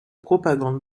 propagande